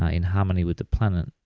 ah in harmony with the planet,